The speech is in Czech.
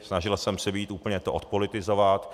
Snažil jsem se úplně to odpolitizovat.